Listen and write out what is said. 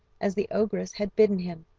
as the ogress had bidden him.